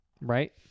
right